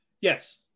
yes